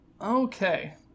Okay